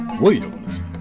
Williams